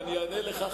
ואני אענה לך,